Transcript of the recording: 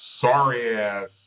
sorry-ass